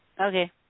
Okay